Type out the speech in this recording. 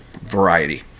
variety